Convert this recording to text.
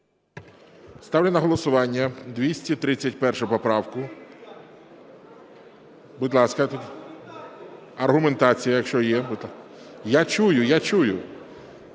Ставлю на голосування 231 поправку. Будь ласка, аргументація, якщо є. Я чую, я чую.